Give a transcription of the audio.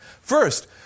First